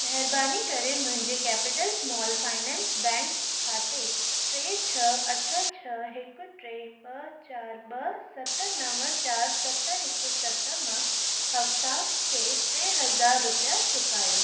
महिरबानी करे मुंहिंजे केपिटल स्मॉल फाइनेंस बैंक खाते टे छह अठ छह हिकु टे ॿ चारि ॿ सत नव चारि सत हिकु सत मां हफ्साह खे टे हज़ार रुपिया चुकायो